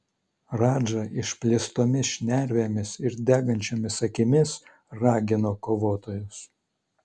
radža išplėstomis šnervėmis ir degančiomis akimis ragino kovotojus